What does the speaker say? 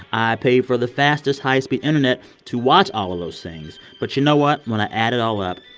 i pay for the fastest high-speed internet to watch all of those things. but you know what? when i add it all up,